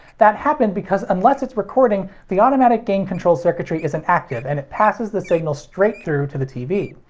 that happened because unless it's recording, the automatic gain control circuitry isn't active and it passes the signal straight through to the tv.